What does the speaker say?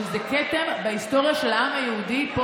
שזה כתם בהיסטוריה של העם היהודי פה,